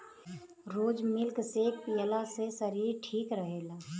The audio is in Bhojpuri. रोज मिल्क सेक पियला से शरीर ठीक रहेला